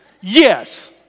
Yes